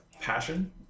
Passion